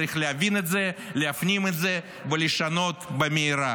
צריך להבין את זה, להפנים את זה ולשנות במהרה.